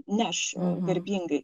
neš garbingai